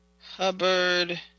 Hubbard